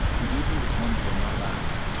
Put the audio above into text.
the evil is one that will not last.